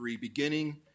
beginning